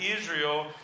Israel